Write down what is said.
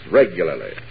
regularly